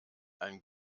ein